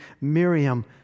Miriam